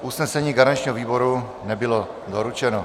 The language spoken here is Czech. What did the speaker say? Usnesení garančního výboru nebylo doručeno.